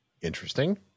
Interesting